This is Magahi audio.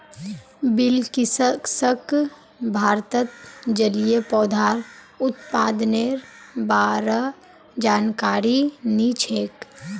बिलकिसक भारतत जलिय पौधार उत्पादनेर बा र जानकारी नी छेक